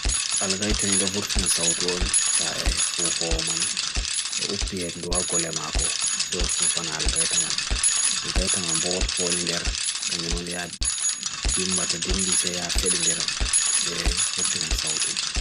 Algayta nida furtina sawtoon sa foofa man to upi hendua ko lemako sa foofa na Algayta man Algayta man board ko ninder kanjimon yad dimba to dimbi sa yad fedi ndera sa furtina sawtoon